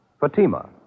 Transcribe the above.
Fatima